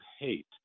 hate